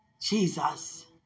Jesus